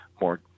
more